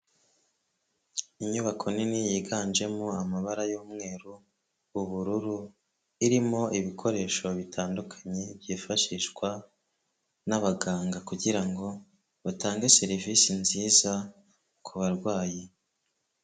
Inyubako nini yiganjemo amabara y'umweru, ubururu, irimo ibikoresho bitandukanye byifashishwa n'abaganga, kugira ngo batange serivisi nziza ku barwayi.